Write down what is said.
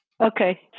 Okay